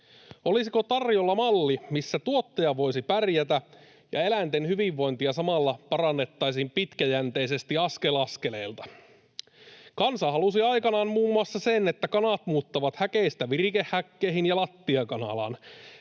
Olisiko tarjolla malli, missä tuottaja voisi pärjätä ja eläinten hyvinvointia samalla parannettaisiin pitkäjänteisesti askel askeleelta? Kansa halusi aikanaan muun muassa sen, että kanat muuttavat häkeistä virikehäkkeihin ja lattiakanalaan.